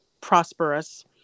prosperous